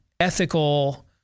ethical